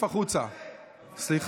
לא,